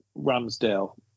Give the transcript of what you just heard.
Ramsdale